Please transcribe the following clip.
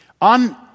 On